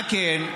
מה כן?